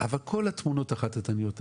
אבל כל התמונות החטטניות האלה,